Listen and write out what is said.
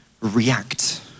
react